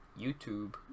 YouTube